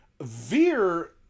Veer